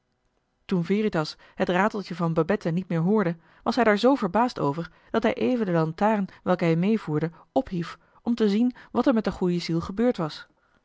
toen veritas het rateltje van babette niet meer hoorde was hij daar zoo verbaasd over dat hij even de lantaarn welke hij medevoerde ophief om te zien wat er met de goeie ziel gebeurd was